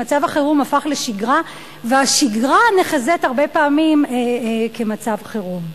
שמצב החירום הפך לשגרה והשגרה נחזית הרבה פעמים כמצב חירום.